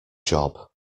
job